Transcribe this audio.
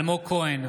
אלמוג כהן,